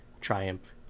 triumph